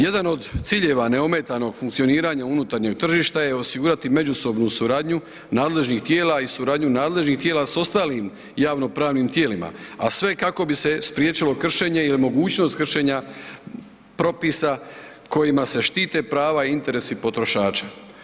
Jedan od ciljeva neometanog funkcioniranja unutarnjeg tržišta je osigurati međusobnu suradnju nadležnih tijela, a i suradnju nadležnih tijela s ostalim javno pravim tijelima, a sve kako bi se spriječilo kršenje jer mogućnost kršenja propisa kojima se štite prava i interesi potrošača.